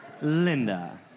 Linda